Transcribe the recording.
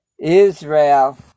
Israel